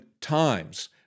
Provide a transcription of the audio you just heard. times